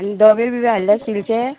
आनी डबे बिबे हाडले स्टिलचे